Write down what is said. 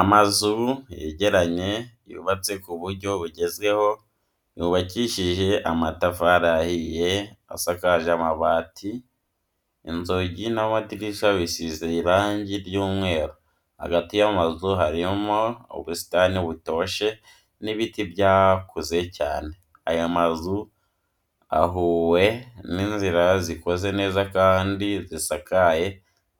Amazu yegeranye yubatse mu buryo bugezweho yubakishije amtafari ahiye asakaje amabati inzugi n'amadirishya bisize irangi ry'umweru, hagati y'amazu harimo ubusitani butoshye n'ibiti byakuze cyane, ayo mazu ahuwe n'inzira zikoze neza kandi zisakaye,